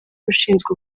ushinzwe